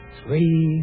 three